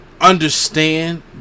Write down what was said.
understand